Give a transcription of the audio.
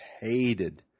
hated